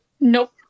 nope